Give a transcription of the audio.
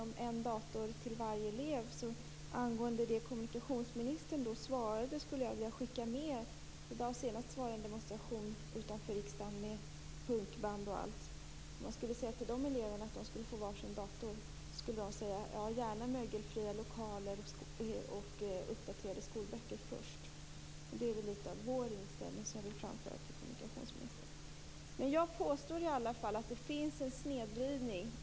Kommunikationsministerns svar på frågan om en dator till varje elev skulle jag vilja skicka med till de senaste demonstranterna med punkband och allt utanför riksdagen. Om man skulle säga till de eleverna att de får var sin dator, skulle de säga: Ja, men gärna mögelfria lokaler och uppdaterade skolböcker först. Det är litet av vår inställning som jag vill framföra till kommunikationsministern. Jag påstår i alla fall att det finns snedvridning.